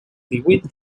divuit